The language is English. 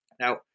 Now